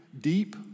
deep